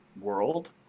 world